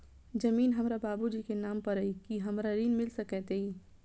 जमीन हमरा बाबूजी केँ नाम पर अई की हमरा ऋण मिल सकैत अई?